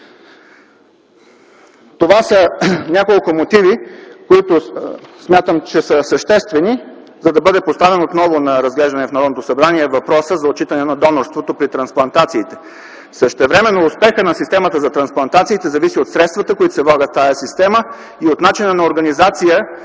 Това са няколко мотива, които смятам, че са съществени, за да бъде поставен отново на разглеждане в Народното събрание въпросът за отчитане на донорството при трансплантациите. Същевременно успехът на системата за трансплантациите зависи от средствата, които се влагат в тази система и от начина на организация